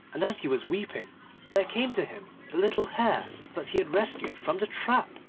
and as he was weeping there came to him the little hare that he had rescued from the trap,